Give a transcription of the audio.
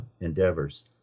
endeavors